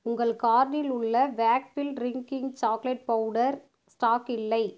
உங்கள் கார்ட்டில் உள்ள Wakefield drinking chocolate powder stock இல்லை